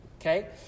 Okay